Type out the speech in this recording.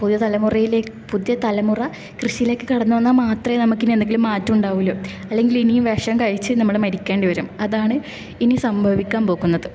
പുതിയ തലമുറയിലെ പുതിയ തലമുറ കൃഷിയിലേക്ക് കടന്ന് വന്നാൽ മാത്രമേ നമുക്കിനി എന്തെങ്കിലും മാറ്റൊണ്ടാവുള്ളു അല്ലെങ്കിലിനിയും വിഷം കഴിച്ച് നമ്മൾ മരിക്കേണ്ടി വരും അതാണ് ഇനി സംഭവിക്കാൻ പോകുന്നത്